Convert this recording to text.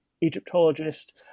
Egyptologist